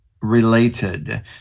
related